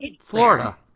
Florida